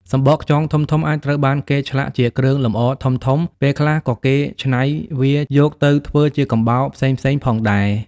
សំបកខ្យងធំៗអាចត្រូវបានគេឆ្លាក់ជាគ្រឿងលម្អធំៗ ពេលខ្លះក៏គេច្នៃវាយកទៅធ្វើជាកំបោរផ្សេងៗផងដែរ។